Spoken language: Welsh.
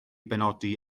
benodi